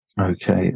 Okay